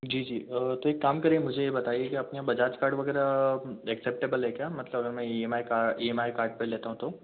जी जी तो एक काम करिए मुझे ये बताइए कि आपके यहाँ बजाज कार्ड वगैरह एक्सेप्टेबल है क्या मतलब मैं ई एम आई का ई एम आई कार्ड पे लेता हूँ तो